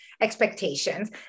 expectations